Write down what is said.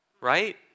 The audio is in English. Right